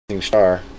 star